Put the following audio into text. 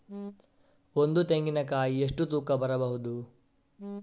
ಒಂದು ತೆಂಗಿನ ಕಾಯಿ ಎಷ್ಟು ತೂಕ ಬರಬಹುದು?